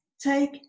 take